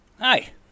Hi